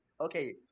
okay